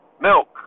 Milk